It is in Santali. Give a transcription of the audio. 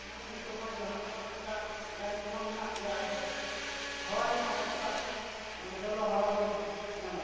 ᱢᱟᱱᱮ ᱱᱤᱛᱚᱜ ᱢᱟ ᱡᱟᱦᱟᱸ ᱱᱟᱜ ᱛᱮᱱᱟᱜ ᱞᱮᱠᱟ ᱞᱟᱹᱭᱤᱱ ᱠᱚᱢᱟ ᱢᱮᱱᱟᱜ ᱜᱮᱭᱟ ᱟᱫᱚ ᱦᱟᱣᱟ ᱨᱮᱢᱟ ᱚᱱᱠᱟ ᱢᱟᱱᱮ ᱞᱚᱞᱚ ᱦᱟᱣᱟ ᱜᱮ ᱧᱟᱢᱚᱜᱼᱟ